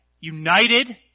united